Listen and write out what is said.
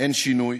אין שינוי,